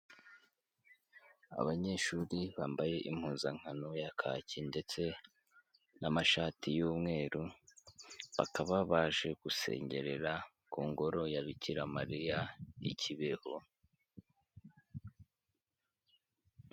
Abanyeshuri bambaye impuzankano ya kacyii ndetse n'amashati y'umweru, bakaba baje gushengerera ku ngoro ya Bikiramariya i Kibeho.